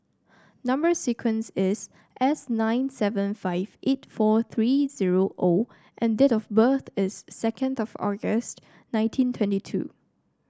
number sequence is S nine seven five eight four three zero O and date of birth is second of August nineteen twenty two